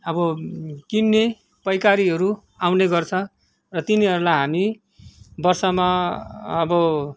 अब किन्ने पैकारीहरू आउने गर्छ र तिनीहरूलाई हामी वर्षमा अब